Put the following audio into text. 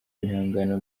ibihangano